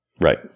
Right